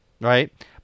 Right